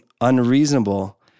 unreasonable